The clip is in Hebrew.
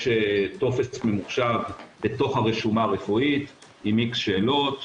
יש טופס ממוחשב בתוך הרשומה הרפואית עם X שאלות,